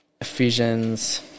ephesians